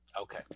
Okay